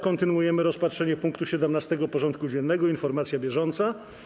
Kontynuujemy rozpatrywanie punktu 17. porządku dziennego: Informacja bieżąca.